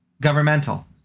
governmental